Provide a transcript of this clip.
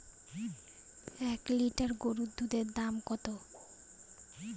এক লিটার গরুর দুধের দাম কত?